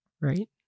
Right